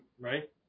right